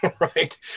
right